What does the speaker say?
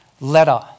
letter